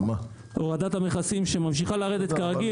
הורדת המכסים שממשיכה לרדת כרגיל.